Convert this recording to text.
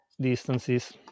distances